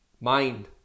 mind